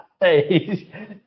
Hey